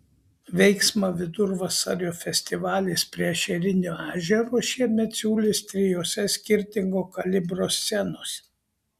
veiksmą vidurvasario festivalis prie ešerinio ežero šiemet siūlys trijose skirtingo kalibro scenose